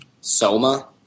Soma